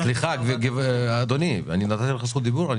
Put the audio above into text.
סליחה, אדוני, אני לא זוכר שנתתי לך רשות דיבור.